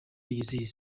yizihiza